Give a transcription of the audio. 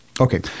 Okay